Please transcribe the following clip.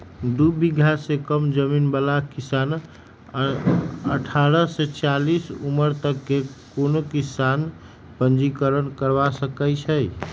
दू बिगहा से कम जमीन बला किसान अठारह से चालीस उमर तक के कोनो किसान पंजीकरण करबा सकै छइ